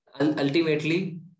ultimately